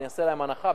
אני אעשה להם הנחה,